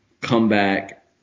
comeback